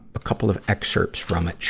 a couple of excerpts from it.